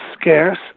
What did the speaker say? scarce